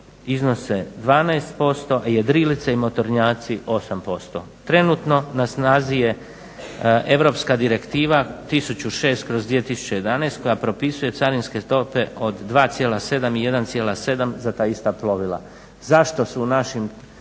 iznose 12%,a jedrilice i motornjaci 8%. Trenutno na snazi je europska Direktiva 1006/2011 koja propisuje carinske stope od 2,7 i 1,7 za ta ista plovila. Zašto su u našoj